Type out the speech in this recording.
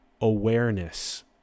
awareness